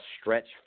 stretch